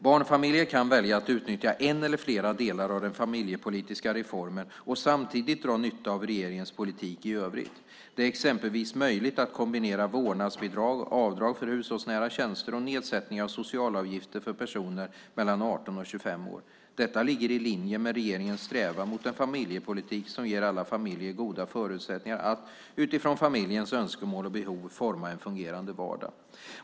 Barnfamiljer kan välja att utnyttja en eller flera delar av den familjepolitiska reformen och samtidigt dra nytta av regeringens politik i övrigt. Det är exempelvis möjligt att kombinera vårdnadsbidrag, avdrag för hushållsnära tjänster och nedsättning av socialavgifter för personer mellan 18 och 25 år. Detta ligger i linje med regeringens strävan mot en familjepolitik som ger alla familjer goda förutsättningar att, utifrån familjens önskemål och behov, forma en fungerande vardag.